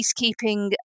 peacekeeping